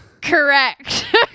Correct